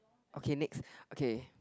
okay next okay